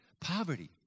poverty